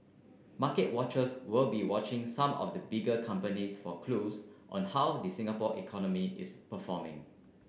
market watchers will be watching some of the bigger companies for clues on how the Singapore economy is performing